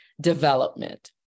development